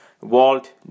Walt